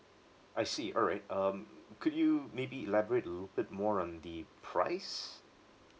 I see alright um could you maybe elaborate a little bit more on the price